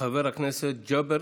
חבר הכנסת ג'אבר